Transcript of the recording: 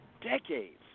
decades